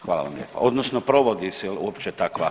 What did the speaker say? Hvala vam lijepo, odnosno provodi se uopće takva